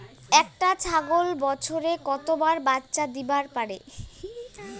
একটা ছাগল বছরে কতবার বাচ্চা দিবার পারে?